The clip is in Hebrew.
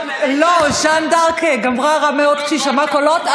ז'אן ד'ארק גמרה רע מאוד כשהיא שמעה קולות,